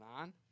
on